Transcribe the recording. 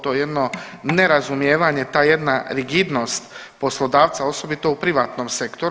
To jedno nerazumijevanje, ta jedna rigidnost poslodavca osobito u privatnom sektoru.